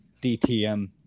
DTM